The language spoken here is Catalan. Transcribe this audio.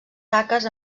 taques